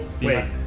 Wait